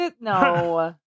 No